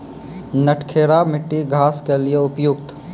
नटखेरा मिट्टी घास के लिए उपयुक्त?